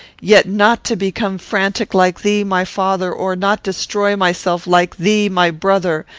yet not to become frantic like thee, my father or not destroy myself like thee, my brother!